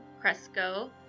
Cresco